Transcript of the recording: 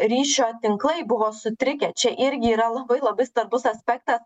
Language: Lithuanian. ryšio tinklai buvo sutrikę čia irgi yra labai labai svarbus aspektas